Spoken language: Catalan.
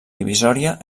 divisòria